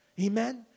Amen